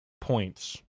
points